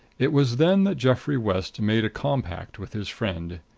it was then that geoffrey west made a compact with his friend.